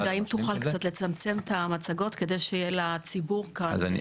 אם תוכל קצת לצמצם את המצגות כדי שיהיה לציבור כאן להגיד את דברו.